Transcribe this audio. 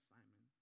Simon